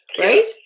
Right